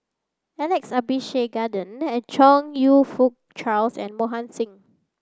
Alex Abisheganaden Chong You Fook Charles and Mohan Singh